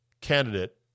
candidate